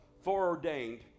foreordained